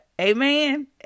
amen